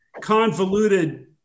convoluted